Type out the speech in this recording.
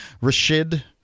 Rashid